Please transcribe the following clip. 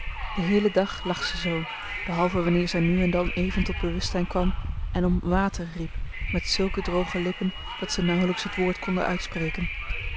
den heelen dag lag ze zoo behalve wanneer zij nu en dan even tot bewustzijn kwam en om water riep met zulke droge lippen dat ze nauwelijks het woord konden uitspreken